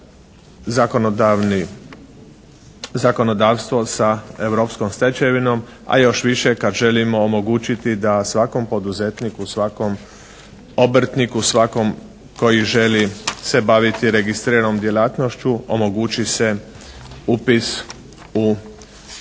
uskladiti zakonodavstvo sa europskom stečevinom, a još više kada želimo omogućiti da svakom poduzetniku, svakom obrtniku, svakom koji želi se baviti registriranom djelatnošću omogući se upis u sudski